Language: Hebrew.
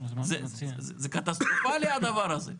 זה קטסטרופלי הדבר הזה.